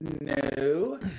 no